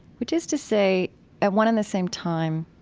which is to say at one and the same time,